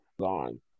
gone